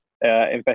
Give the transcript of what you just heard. invest